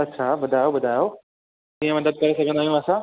अच्छा ॿुधायो ॿुधायो कीअं मतिलबु करे सघंदा आहियूं असां